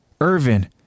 Irvin